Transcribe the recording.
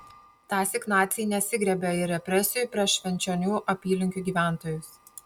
tąsyk naciai nesigriebė ir represijų prieš švenčionių apylinkių gyventojus